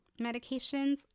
medications